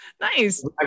Nice